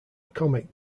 comic